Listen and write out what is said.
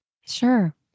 Sure